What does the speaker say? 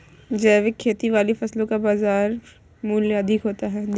जैविक खेती वाली फसलों का बाजार मूल्य अधिक होता है